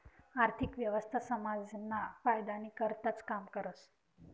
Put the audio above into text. आर्थिक व्यवस्था समाजना फायदानी करताच काम करस